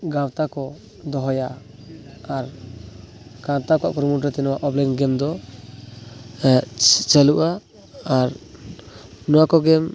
ᱜᱟᱶᱛᱟᱠᱚ ᱫᱚᱦᱚᱭᱟ ᱟᱨ ᱜᱟᱶᱛᱟ ᱠᱚᱣᱟᱜ ᱠᱩᱨᱩᱢᱩᱴᱩᱛᱮ ᱱᱚᱣᱟ ᱚᱯᱷᱞᱟᱭᱤᱱ ᱜᱮᱢᱫᱚ ᱪᱟᱹᱞᱩᱜᱼᱟ ᱟᱨ ᱱᱚᱣᱟᱠᱚ ᱜᱮᱢ